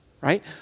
Right